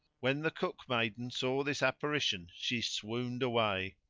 when the cookmaiden saw this apparition she swooned away.